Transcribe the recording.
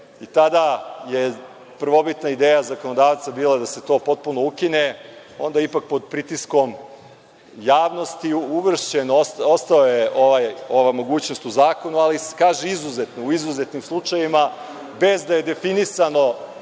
i tada je prvobitna ideja zakonodavca bila da se to potpuno ukine. Onda ipak pod pritiskom javnosti ostala je ova mogućnost u zakonu, ali kaže se u izuzetnim slučajevima, bez da je definisano